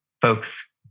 folks